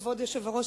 כבוד היושב-ראש,